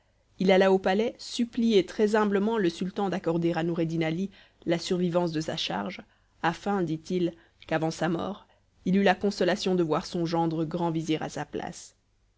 il alla au palais supplier très humblement le sultan d'accorder à noureddin ali la survivance de sa charge afin dit-il qu'avant sa mort il eût la consolation de voir son gendre grand vizir à sa place